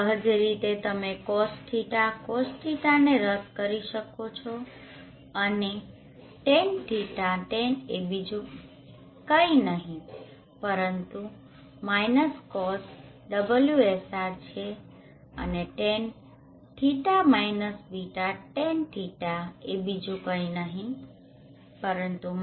સહજ રીતે તમે Cos 𝛿 Cos 𝛿 ને રદ કરી શકો છો અને Tan ϕ Tan 𝛿 એ બીજું કઈ નહિ પરંતુ Cos ωsr છે અને Tanϕ-β Tan 𝛿 એ બીજું કઈ નહિ પરંતુ Cos ωsrt છે